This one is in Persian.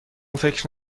فکر